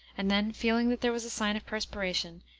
and then feeling that there was a sign of perspiration,